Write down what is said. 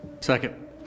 Second